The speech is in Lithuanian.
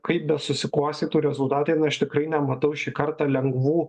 kaip besusiklostytų rezultatai na aš tikrai nematau šį kartą lengvų